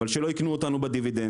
אבל שלא ייקנו אותנו בדיבידנד.